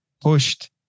pushed